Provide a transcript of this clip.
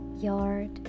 yard